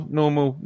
normal